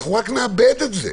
רק נאבד את זה.